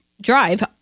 drive